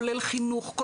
כולל חינוך,